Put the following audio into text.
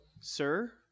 sir